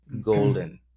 golden